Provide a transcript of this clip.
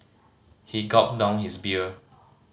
he gulped down his beer